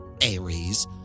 Aries